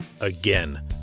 again